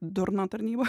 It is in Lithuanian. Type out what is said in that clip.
durna tarnyba